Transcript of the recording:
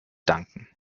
danken